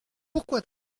pourquoi